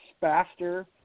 faster